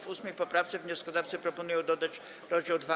W 8. poprawce wnioskodawcy proponują dodać rozdział 2a.